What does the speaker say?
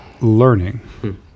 learning